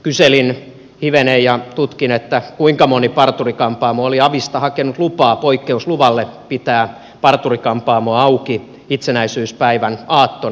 kyselin hivenen ja tutkin kuinka moni parturi kampaamo oli avista hakenut lupaa poikkeusluvalle pitää parturi kampaamo auki itsenäisyyspäivän aattona